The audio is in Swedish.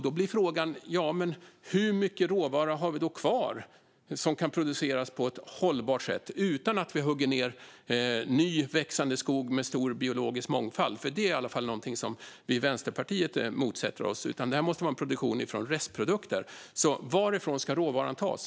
Då blir frågan: Hur mycket råvara har vi då kvar som gör att vi kan producera på ett hållbart sätt utan att hugga ned ny växande skog med stor biologisk mångfald? Det är i alla fall något som vi i Vänsterpartiet motsätter oss. Det måste vara en produktion från restprodukter. Varifrån ska råvaran tas?